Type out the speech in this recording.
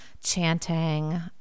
chanting